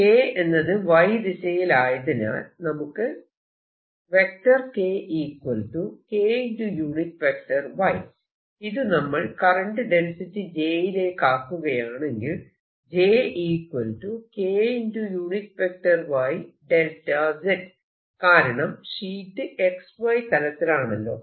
K എന്നത് Y ദിശയിലായതിനാൽ നമുക്ക് ഇത് നമ്മൾ കറന്റ് ഡെൻസിറ്റി j യിലേക്കാക്കുകയാണെങ്കിൽ കാരണം ഷീറ്റ് XY തലത്തിലാണല്ലോ